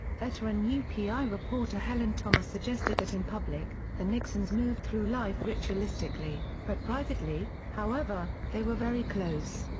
veteran upi reporter helen thomas suggested that in public, the nixons moved through life ritualistically, but privately, however, they were very close.